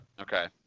Okay